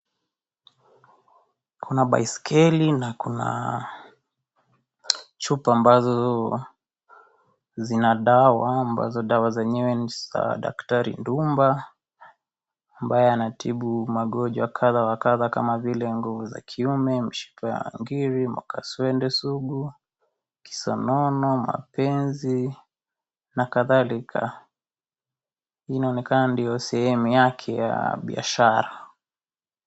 Kuna baiskeli na kuna chupa ambazo zina dawa ambazo dawa zenyewe ni za daktari Nduba, ambaye anatibu magonjwa kadha wa kadha kama vile nguvu za kiume, mshipa wa ngiri, makaswende sugu, kisonono, mapenzi na kadharika. Hii inaonekana ndio sehemu yake ya biashara.